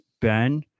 Ben